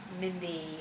Mindy